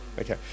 Okay